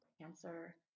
cancer